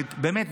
באמת,